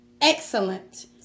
Excellent